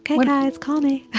and but guys, call me!